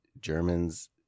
Germans